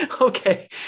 Okay